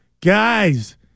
guys